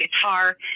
guitar